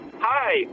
Hi